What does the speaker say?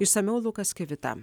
išsamiau lukas kvitą